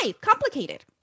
Complicated